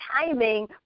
timing